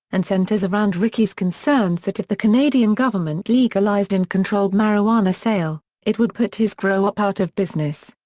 and centres around ricky's concerns that if the canadian government legalized and controlled marijuana sale, it would put his grow-op out of business.